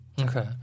Okay